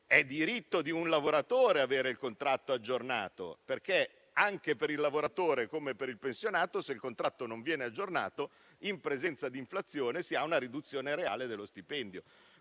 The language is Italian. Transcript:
È diritto di un lavoratore avere il contratto aggiornato perché anche per il lavoratore, come per il pensionato, se il contratto non viene aggiornato, in presenza di inflazione, c'è una riduzione reale dello stipendio.